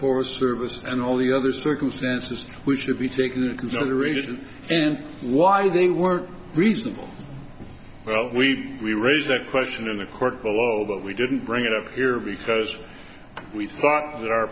for services and all the other circumstances which should be taken in consideration and why they were reasonable well we raised that question in the court below but we didn't bring it up here because we